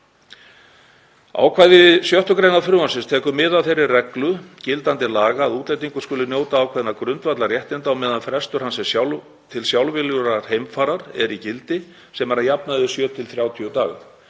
Ákvæði 6. gr. frumvarpsins tekur mið af þeirri reglu gildandi laga að útlendingur skuli njóta ákveðinna grundvallarréttinda á meðan frestur hans til sjálfviljugrar heimfarar er í gildi sem er að jafnaði 7–30 dagar.